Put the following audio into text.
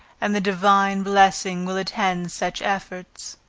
and the divine blessing will attend such efforts.